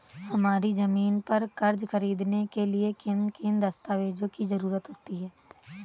हमारी ज़मीन पर कर्ज ख़रीदने के लिए किन किन दस्तावेजों की जरूरत होती है?